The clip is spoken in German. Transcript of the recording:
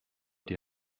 die